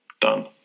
Done